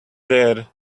there